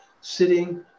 sitting